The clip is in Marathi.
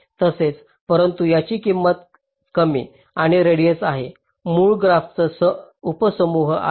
तसेच परंतु त्याची किंमत कमी आणि रेडिएस आहे मूळ ग्राफचा उपसमूह आहे